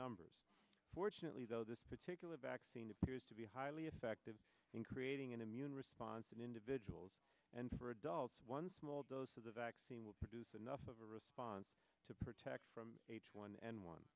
numbers fortunately though this particular vaccine appears to be highly effective in creating an immune response in individuals and for adults one small doses of vaccine will produce enough of a response to protect from h one n one